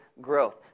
growth